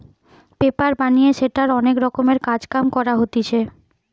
paper বানিয়ে সেটার অনেক রকমের কাজ কাম করা হতিছে